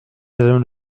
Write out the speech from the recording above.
madame